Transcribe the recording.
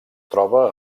troba